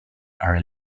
are